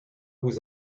vous